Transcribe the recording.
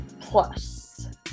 plus